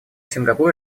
сингапур